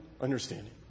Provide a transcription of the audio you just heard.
understanding